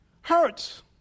hurts